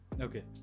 Okay